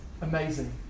amazing